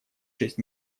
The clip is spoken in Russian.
шесть